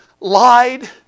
lied